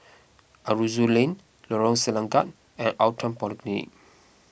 Aroozoo Lane Lorong Selangat and Outram Polyclinic